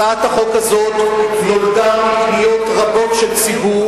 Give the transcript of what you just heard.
הצעת החוק הזאת נולדה מפניות רבות של ציבור